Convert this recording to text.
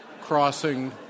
crossing